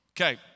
Okay